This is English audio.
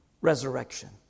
resurrection